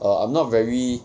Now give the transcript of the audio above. err I'm not very like